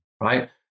right